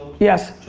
yes.